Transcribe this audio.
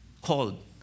called